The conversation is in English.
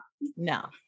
no